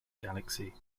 galaxy